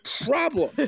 problem